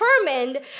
determined